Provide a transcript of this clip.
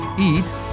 eat